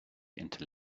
into